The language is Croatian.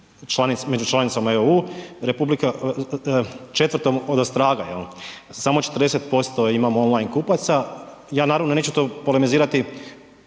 među članicama EU, 4. odostraga, samo 40% imamo on-line kupaca, ja naravno neću to polemizirati